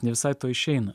ne visai to išeina